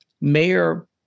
Mayor